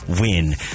win